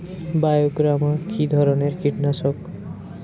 বায়োগ্রামা কিধরনের কীটনাশক?